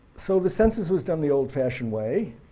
so the census was done the old fashioned way,